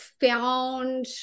found